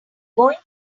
going